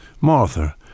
Martha